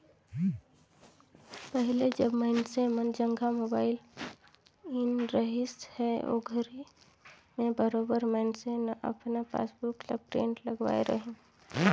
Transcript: पहिले जब मइनसे मन जघा मोबाईल नइ रहिस हे ओघरी में बरोबर मइनसे न अपन पासबुक ल प्रिंट करवाय रहीन